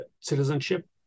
citizenship